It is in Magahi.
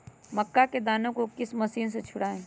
मक्का के दानो को किस मशीन से छुड़ाए?